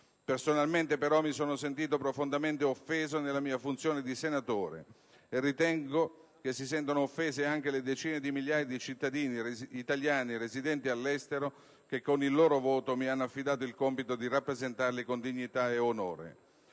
Personalmente, però, mi sono sentito profondamente offeso nella mia funzione di senatore e ritengo che si sentano offese anche le decine di migliaia di cittadini italiani residenti all'estero che con il loro voto mi hanno affidato il compito di rappresentarli con dignità e onore.